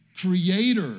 creator